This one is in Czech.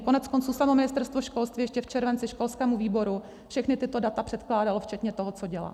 Koneckonců samo Ministerstvo školství ještě v červenci školskému výboru všechna tato data předkládalo včetně toho, co dělá.